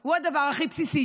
הוא הדבר הכי בסיסי,